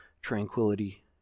tranquility